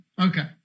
Okay